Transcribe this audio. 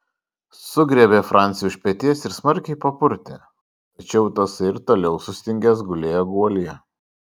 sugriebė francį už peties ir smarkiai papurtė tačiau tasai ir toliau sustingęs gulėjo guolyje